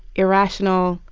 irrational,